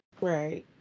Right